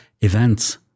events